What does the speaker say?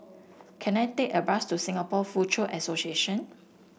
can I take a bus to Singapore Foochow Association